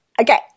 Okay